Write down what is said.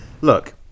Look